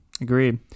Agreed